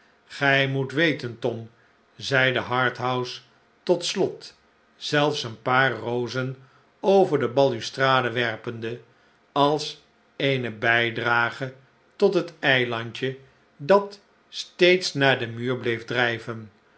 gij moet weten tom zeide harthouse tot slot zelfs een paar rozen over de balustrade werpende als eene bijdrage tot het eilandje dat steeds naar den muur bleef drijven